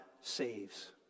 saves